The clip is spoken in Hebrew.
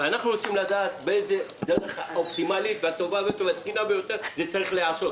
אנחנו רוצים לדעת באיזו דרך אופטימאלית וטובה ביותר זה צריך להיעשות.